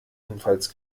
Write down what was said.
unfalls